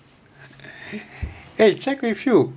hey check with you